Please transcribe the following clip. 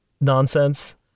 nonsense